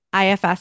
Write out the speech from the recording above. IFS